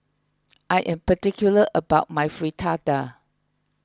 I am particular about my Fritada